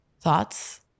Thoughts